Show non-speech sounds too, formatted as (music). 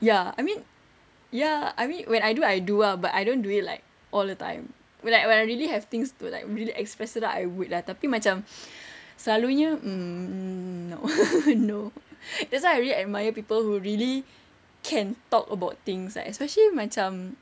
ya I mean ya I mean when I do I do ah but I don't do it like all the time like when I really have things to like really express it out I would tapi macam selalunya mm no (laughs) that's why I really admire people who really can talk about things like especially macam